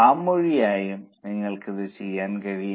വാമൊഴിയായും നിങ്ങൾക്ക് ഇത് ചെയ്യാൻ കഴിയും